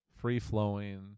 free-flowing